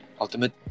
ultimate